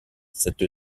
cette